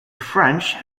french